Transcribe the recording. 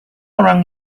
orang